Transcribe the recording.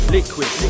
Liquid